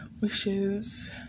Wishes